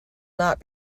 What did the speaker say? not